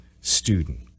student